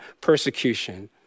persecution